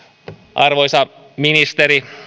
arvoisa ministeri